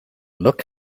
look